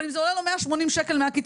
אבל אם זה עולה לו 180 שקל מהקצבה,